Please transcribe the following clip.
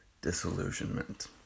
Disillusionment